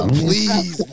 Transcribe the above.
please